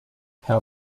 herr